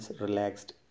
relaxed